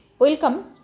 Welcome